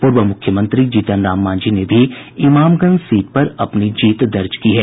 पूर्व मुख्यमंत्री जीतन राम मांझी ने भी इमामगंज सीट पर अपनी जीत दर्ज की है